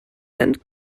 and